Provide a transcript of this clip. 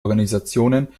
organisationen